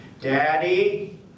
Daddy